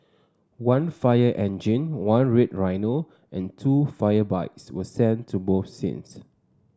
one fire engine one red rhino and two fire bikes were sent to both scenes